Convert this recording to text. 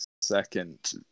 second